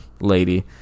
lady